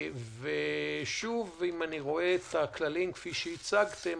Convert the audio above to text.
אם אני רואה את הכללים כפי שהצגתם,